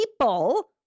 people